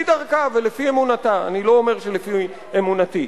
לפי דרכה ולפי אמונתה, אני לא אומר שלפי אמונתי.